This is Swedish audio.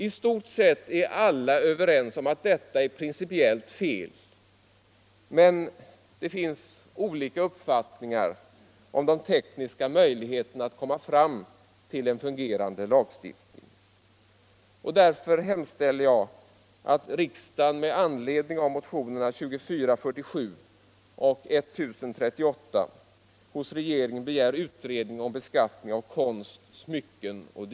I stort sett är alla överens om att detta är principiellt fel, men det finns olika uppfattningar om de tekniska möjligheterna att komma fram till en fungerande lagstiftning. Därför hemställer jag att riksdagen med anledning av motionerna 2447 och 1038 hos regeringen begär utredning om beskattning av konst, smycken o. d.